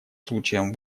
случаем